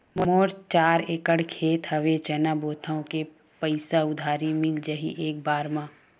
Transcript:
मोर चार एकड़ खेत हवे चना बोथव के पईसा उधारी मिल जाही एक बार मा?